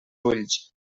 ulls